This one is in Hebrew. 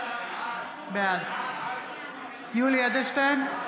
בעד יולי יואל אדלשטיין,